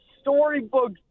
storybook